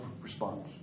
respond